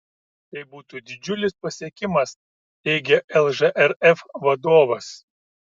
tai būtų didžiulis pasiekimas teigė lžrf vadovas